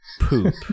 poop